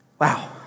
wow